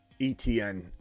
ETN